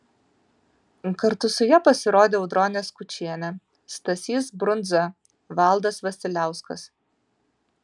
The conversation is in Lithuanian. kartu su ja pasirodė audronė skučienė stasys brundza valdas vasiliauskas